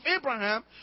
Abraham